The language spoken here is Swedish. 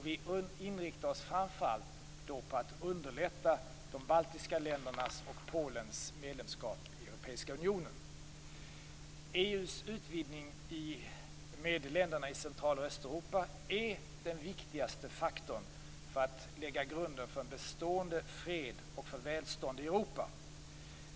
Vi inriktar oss framför allt på att underlätta de baltiska ländernas och Polens medlemskap i Europeiska unionen. EU:s utvidgning med länderna i Central och Östeuropa är den viktigaste faktorn för att lägga grunden för en bestående fred och för välstånd i Europa.